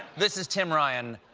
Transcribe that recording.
this is tim ryan,